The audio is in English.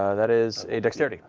ah that is a dexterity.